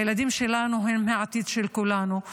הילדים שלנו הם העתיד של כולנו,